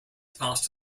past